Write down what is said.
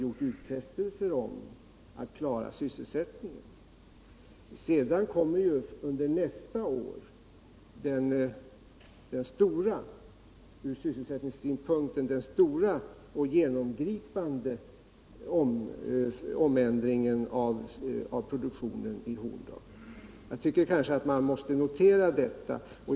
Därefter kommer under nästa år den ur sysselsättningssynpunkt stora och genomgripande omändringen av produktionen. Jag tycker att man bör notera detta.